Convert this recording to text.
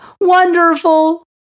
wonderful